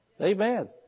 Amen